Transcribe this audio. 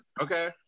Okay